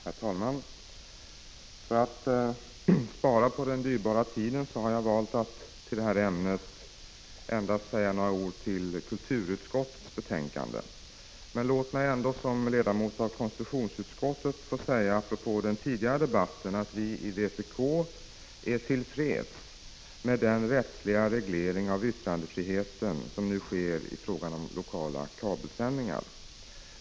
Herr talman! För att spara på den dyrbara tiden skall jag endast säga några ord i anslutning till kulturutskottets betänkande. Men låt mig ändå som ledamot av konstitutionsutskottet få säga, apropå den tidigare debatten, att : 35 vi i vpk är till freds med den rättsliga reglering av yttrandefriheten som nu sker i fråga om lokala kabelsändningar.